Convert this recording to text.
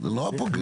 זה נורא פוגע.